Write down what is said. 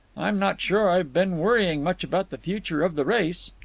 i'm not sure i've been worrying much about the future of the race.